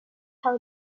how